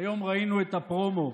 היום ראינו את הפרומו